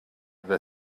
that